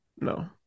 No